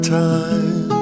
time